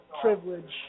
privilege